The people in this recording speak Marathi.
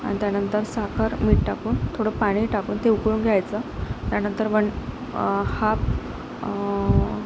आणि त्यानंतर साखर मीठ टाकून थोडं पाणी टाकून ते उकळून घ्यायचं त्यानंतर म हाफ